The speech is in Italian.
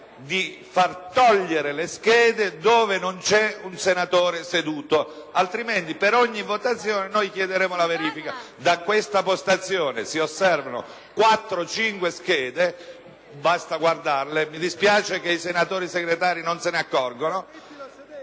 di far togliere le schede laddove non c'è un senatore seduto, altrimenti per ogni votazione chiederemo la verifica. Da questa postazione si osservano quattro o cinque schede inserite, basta guardare, e mi dispiace che i senatori Segretari non se ne accorgano.